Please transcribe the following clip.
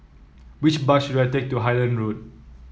which bus should I take to Highland Road